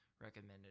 recommended